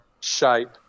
shape